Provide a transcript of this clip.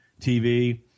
TV